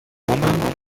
woman